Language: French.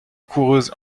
coureuses